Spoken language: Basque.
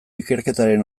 ikerketaren